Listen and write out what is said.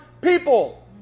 people